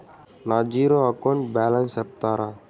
నా zero account balance సెప్తారా?